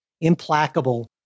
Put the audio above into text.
implacable